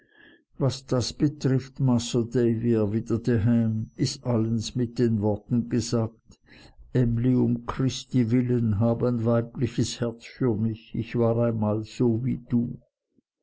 was das betrifft masr davy erwiderte ham is allens mit den worten gesagt emly um christi willen hab ein weiblich herz für mich ich war einmal so wie du